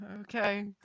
okay